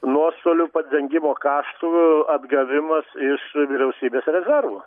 nuostolių padengimo kaštų atgavimas iš vyriausybės rezervo